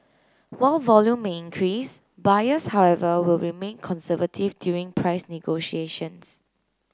while volume may increase buyers however will remain conservative during price negotiations